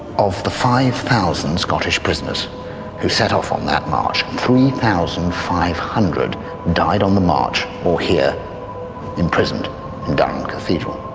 of the five thousand scottish prisoners who set off on that march, three thousand five hundred died on the march, or here imprisoned in durham cathedral.